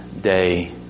day